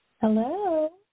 Hello